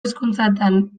hizkuntzatan